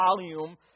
volume